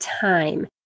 time